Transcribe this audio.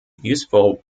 useful